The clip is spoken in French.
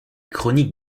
chronique